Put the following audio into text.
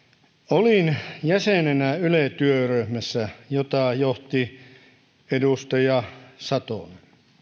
olin jäsenenä yle työryhmässä jota johti edustaja satonen